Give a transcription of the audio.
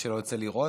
למי שלא יוצא לראות.